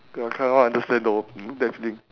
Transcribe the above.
ya I cannot understand though that's the thing